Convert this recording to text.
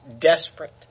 desperate